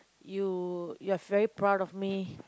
you you are very proud of me